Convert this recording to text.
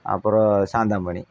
அப்புறம் சாந்தாமணி